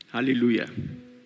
Hallelujah